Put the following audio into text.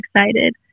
excited